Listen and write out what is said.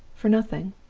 for nothing.